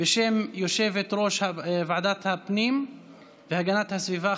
בשם יושבת-ראש ועדת הפנים והגנת הסביבה,